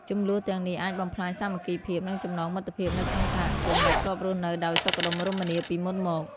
ជម្លោះទាំងនេះអាចបំផ្លាញសាមគ្គីភាព និងចំណងមិត្តភាពនៅក្នុងសហគមន៍ ដែលធ្លាប់រស់នៅដោយសុខដុមរមនាពីមុនមក។